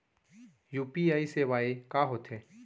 UPI सेवाएं का होथे